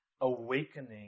awakening